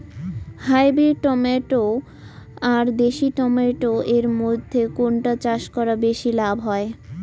Hybrid tomato আর দেশি tomato এর মইধ্যে কোনটা চাষ করা বেশি লাভ হয়?